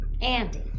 Andy